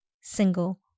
single